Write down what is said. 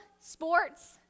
sports